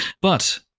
But-